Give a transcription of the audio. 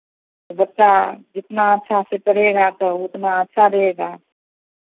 बच्चा जितना अच्छा से पढ़ेगा तो उतना अच्छा रहेगा